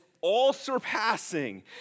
all-surpassing